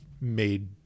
made